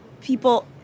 people